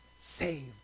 saved